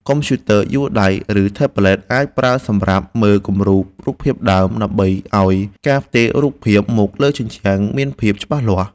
កុំព្យូទ័រយួរដៃ ឬថេប្លេត អាចប្រើសម្រាប់មើលគំរូរូបភាពដើម ដើម្បីឱ្យការផ្ទេររូបភាពមកលើជញ្ជាំងមានភាពច្បាស់លាស់។